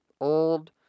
old